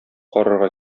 карарга